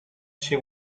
she